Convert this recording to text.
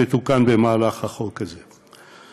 שתוקן במהלך החוק הזה.